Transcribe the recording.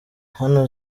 hano